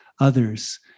others